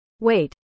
Wait